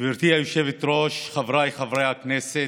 היושבת-ראש, חבריי חברי הכנסת,